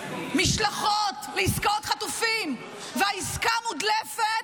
-- משלחות לעסקאות חטופים והעסקה מודלפת,